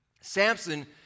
Samson